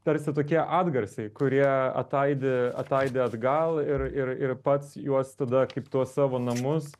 tarsi tokie atgarsiai kurie ataidi ataidi atgal ir ir ir pats juos tada kaip tuos savo namus